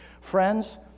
Friends